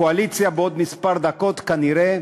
הקואליציה בעוד כמה דקות כנראה